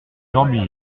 dormir